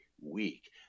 week